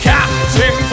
Captain